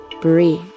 Breathe